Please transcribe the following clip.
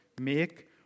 make